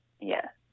Yes